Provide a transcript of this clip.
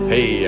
Hey